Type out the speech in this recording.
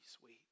sweet